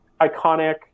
iconic